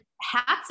hats